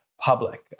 public